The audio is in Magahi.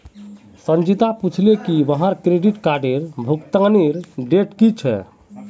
संचिता पूछले की वहार क्रेडिट कार्डेर भुगतानेर डेट की छेक